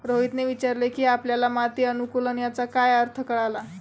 रोहितने विचारले की आपल्याला माती अनुकुलन याचा काय अर्थ कळला?